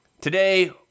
today